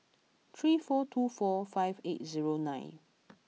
three four two four five eight zero nine